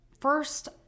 first